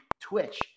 Twitch